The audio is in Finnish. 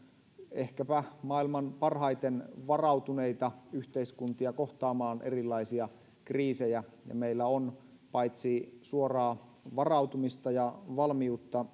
ehkäpä maailman parhaiten varautuneita yhteiskuntia kohtaamaan erilaisia kriisejä ja meillä on paitsi suoraa varautumista ja valmiutta